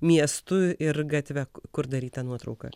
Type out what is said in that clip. miestu ir gatve kur daryta nuotrauka